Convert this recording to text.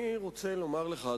אני רוצה לומר לך,